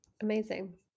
Amazing